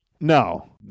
No